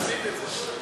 תצמיד את זה.